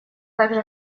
также